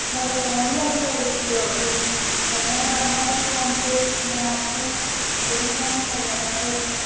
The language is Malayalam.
വല്ല ഫോണിലായിട്ടായിരിക്കുവോ പിന്നെ വൈകുന്നേരം വന്നാലും ഫോണിൽ പിന്നെ രാത്രിയും അധികം ഫോണിൽ തന്നെ അതുകൊണ്ടായിരിക്കും